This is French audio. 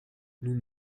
nous